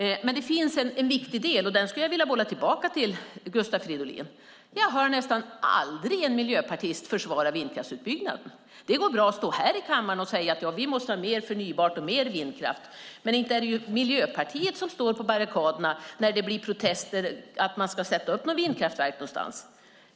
Men det finns en viktig del, och den skulle jag vilja bolla tillbaka till Gustav Fridolin. Jag hör nästan aldrig en miljöpartist försvara vindkraftsutbyggnaden. Det går bra att stå här i kammaren och säga: Vi måste ha mer förnybart och mer vindkraft! Men inte är det Miljöpartiet som står på barrikaderna när det blir protester mot att sätta upp vindkraftverk någonstans.